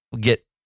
get